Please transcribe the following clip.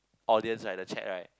audience right the chat right